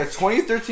2013